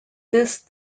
this